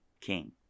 king